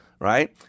right